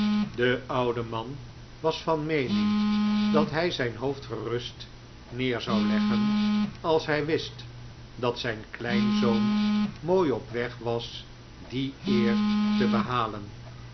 de oude man was van meening dat hij zijn hoofd gerust neer zou leggen als hij wist dat zijn kleinzoon mooi op weg was die eer te behalen